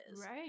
Right